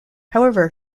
however